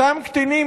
אותם קטינים,